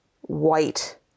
white